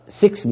six